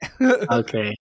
okay